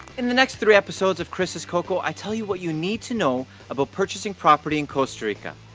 in the next three episodes of chris' coco i tell you what you need to know about. purchasing property in costa rica.